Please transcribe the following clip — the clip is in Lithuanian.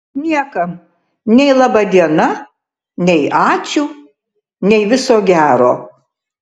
niekam nei laba diena nei ačiū nei viso gero